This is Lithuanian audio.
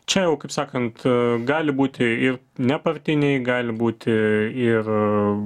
čia jau kaip sakant gali būti ir nepartiniai gali būti ir